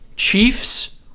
Chiefs